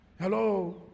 Hello